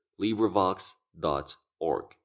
LibriVox.org